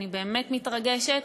אני באמת מתרגשת,